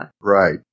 Right